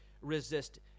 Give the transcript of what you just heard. resist